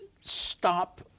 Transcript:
stop